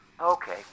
Okay